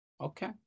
Okay